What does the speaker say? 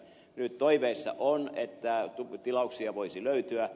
nyt toiveissa on että tilauksia voisi löytyä